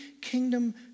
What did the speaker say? kingdom